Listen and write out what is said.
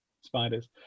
spiders